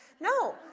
No